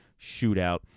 shootout